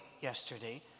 yesterday